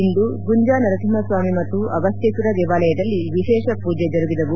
ಇಂದು ಗುಂಜಾ ನರಸಿಂಹಸ್ವಾಮಿ ಮತ್ತು ಅಗಸ್ತ್ಯೇತ್ವರ ದೇವಾಲಯದಲ್ಲಿ ವಿಶೇಷ ಪೂಜೆ ಜರುಗಿದವು